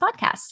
podcasts